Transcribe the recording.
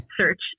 search